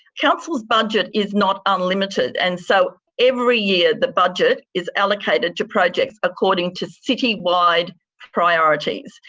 council's budget is not unlimited and so every year the budget is allocated to projects according to citywide priorities.